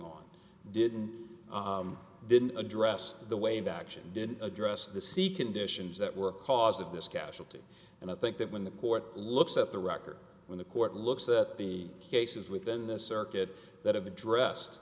on didn't didn't address the wave action didn't address the sea conditions that were cause of this casualty and i think that when the court looks at the record when the court looks at the cases within the circuit that of the dressed